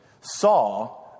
saw